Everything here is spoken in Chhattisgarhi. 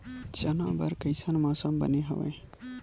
चना बर कइसन मौसम बने हवय?